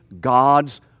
God's